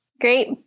Great